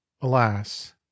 Alas